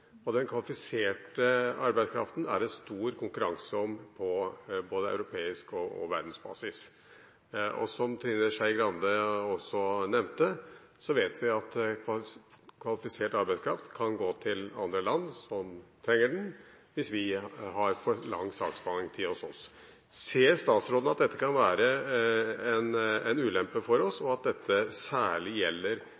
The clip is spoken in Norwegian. og den kvalifiserte arbeidskraften er det stor konkurranse om både i Europa og på verdensbasis. Som Trine Skei Grande også nevnte, vet vi at kvalifisert arbeidskraft kan gå til andre land som trenger den hvis vi har for lang saksbehandlingstid hos oss. Ser statsråden at dette kan være en ulempe for oss,